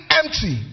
empty